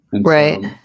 right